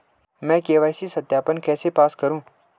मैं के.वाई.सी सत्यापन कैसे पास करूँ?